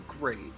Great